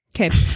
Okay